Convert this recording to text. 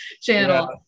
channel